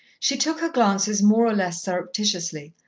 she took her glances more or less surreptitiously,